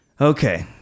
Okay